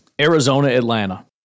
Arizona-Atlanta